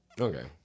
Okay